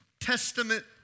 Testament